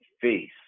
face